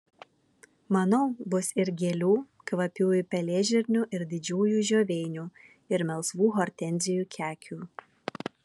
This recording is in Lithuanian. manau bus ir gėlių kvapiųjų pelėžirnių ir didžiųjų žioveinių ir melsvų hortenzijų kekių